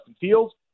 Fields